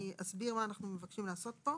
אני אסביר מה אנחנו מבקשים לעשות כאן.